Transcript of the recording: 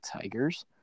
Tigers